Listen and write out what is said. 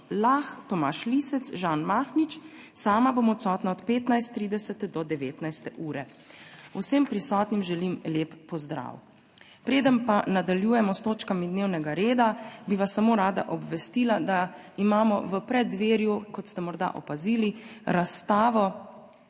Lah, Tomaž Lisec, Žan Mahnič, sama bom odsotna od 15.30 do 19. ure. Vsem prisotnim želim lep pozdrav! Preden nadaljujemo s točkami dnevnega reda, bi vas rada samo obvestila, da imamo v preddverju, kot ste morda opazili, razstavo